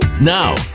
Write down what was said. Now